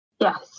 Yes